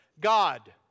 God